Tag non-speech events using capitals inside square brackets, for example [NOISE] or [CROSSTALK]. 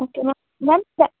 okay ma'am ma'am [UNINTELLIGIBLE]